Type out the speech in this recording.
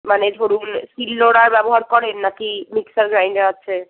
মানে ধরুন শীল নোড়া ব্যবহার করেন নাকি মিক্সচার গ্রাইন্ডার আছে